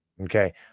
Okay